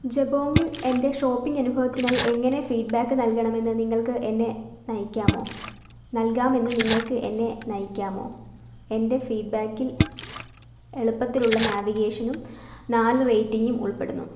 ജബോങ്ങിൽ എൻ്റെ ഷോപ്പിംഗ് അനുഭവത്തിനായി എങ്ങനെ ഫീഡ്ബാക്ക് നൽകണമെന്ന് നിങ്ങൾക്ക് എന്നെ നയിക്കാമോ നൽകാമെന്ന് നിങ്ങൾക്കെന്നെ നയിക്കാമോ എൻ്റെ ഫീഡ്ബാക്കിൽ എളുപ്പത്തിലുള്ള നാവിഗേഷനും നാല് റേറ്റിംഗും ഉൾപ്പെടുന്നു